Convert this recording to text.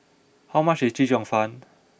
how much is Chee Cheong Fun